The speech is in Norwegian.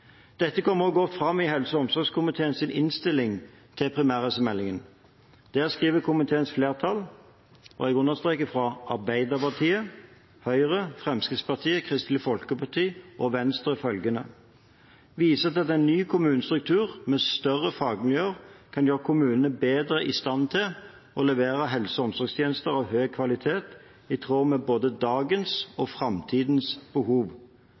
Dette kommer godt fram i helse- og omsorgskomiteens innstilling til primærhelsemeldingen. Der skriver komiteens flertall – og jeg understreker – fra Arbeiderpartiet, Høyre, Fremskrittspartiet, Kristelig Folkeparti og Venstre følgende: «…viser til at en ny kommunestruktur med større fagmiljø kan gjøre kommunene bedre i stand til å levere helse- og omsorgstjenester av høy kvalitet i tråd med dagens og fremtidens behov.